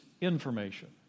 information